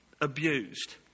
abused